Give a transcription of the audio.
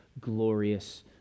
glorious